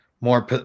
more